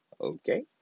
Okay